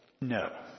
No